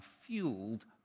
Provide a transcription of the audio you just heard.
fueled